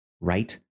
right